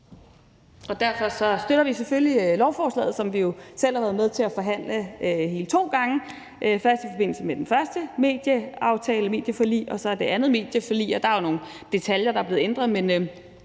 Derfor støtter vi selvfølgelig lovforslaget, som vi jo selv har været med til at forhandle hele to gange, først i forbindelse med det første medieforlig og så i forbindelse med det andet medieforlig. Der er jo blevet ændret